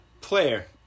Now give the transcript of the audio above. player